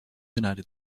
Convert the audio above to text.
united